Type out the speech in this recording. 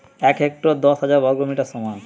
এক হেক্টর দশ হাজার বর্গমিটারের সমান